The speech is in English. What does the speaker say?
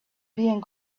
being